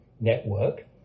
network